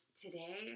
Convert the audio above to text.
today